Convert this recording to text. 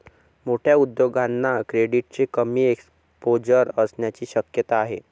मोठ्या उद्योगांना क्रेडिटचे कमी एक्सपोजर असण्याची शक्यता आहे